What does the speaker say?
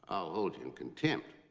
i'll hold you in contempt.